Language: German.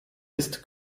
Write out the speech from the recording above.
ist